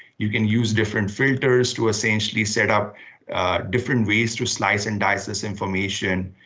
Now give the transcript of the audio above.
you can use different filters to essentially set up different ways to slice and dice this information.